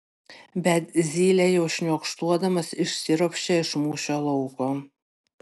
bet zylė jau šniokštuodamas išsiropščia iš mūšio lauko